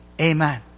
Amen